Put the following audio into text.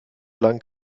lang